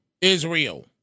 Israel